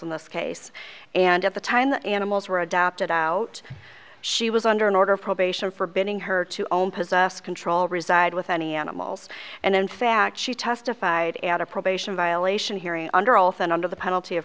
in this case and at the time the animals were adopted out she was under an order of probation forbidding her to control reside with any animals and in fact she testified at a probation violation hearing under oath and under the penalty of